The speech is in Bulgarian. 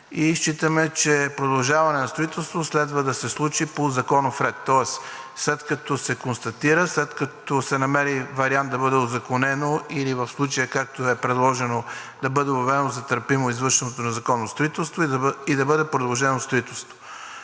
Считаме, че продължаване на строителството следва да се случи по законов ред. Тоест след като се констатира, след като се намери вариант да бъде узаконено или в случая, както е предложено, да бъде обявено за търпимо извършеното незаконно строителство, да бъде продължено строителството.